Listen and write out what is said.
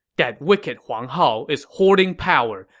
that wicked huang hao is hoarding power,